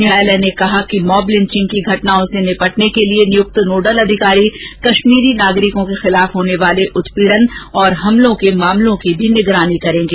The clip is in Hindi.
न्यायालय ने कहा कि मॉब लिन्चिग की घटनाओं से निपटने के लिए नियुक्त नोडल अधिकारी कश्मीरी नागरिकों के खिलाफ होने वाले उत्पीड़न और हमलों के मामलों की भी निगरानी करेंगे